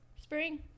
Spring